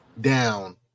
down